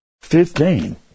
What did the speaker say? Fifteen